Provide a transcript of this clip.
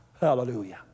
Hallelujah